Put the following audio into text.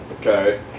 Okay